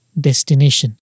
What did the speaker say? destination